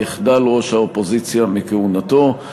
יחדל ראש האופוזיציה מכהונתו.